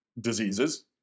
diseases